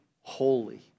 holy